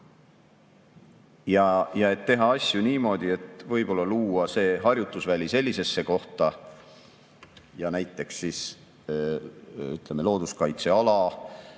teha asju niimoodi, et luua see harjutusväli sellisesse kohta ja näiteks looduskaitseala